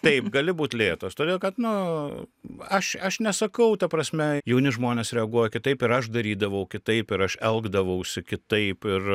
taip gali būt lėtas todėl kad nu aš aš nesakau ta prasme jauni žmonės reaguoja kitaip ir aš darydavau kitaip ir aš elgdavausi kitaip ir